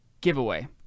giveaway